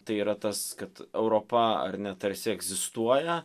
tai yra tas kad europa ar ne tarsi egzistuoja